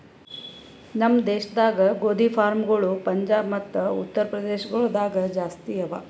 ನಮ್ ದೇಶದಾಗ್ ಗೋದಿ ಫಾರ್ಮ್ಗೊಳ್ ಪಂಜಾಬ್ ಮತ್ತ ಉತ್ತರ್ ಪ್ರದೇಶ ಗೊಳ್ದಾಗ್ ಜಾಸ್ತಿ ಅವಾ